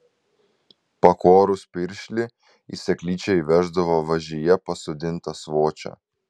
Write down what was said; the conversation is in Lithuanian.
pakorus piršlį į seklyčią įveždavo važyje pasodintą svočią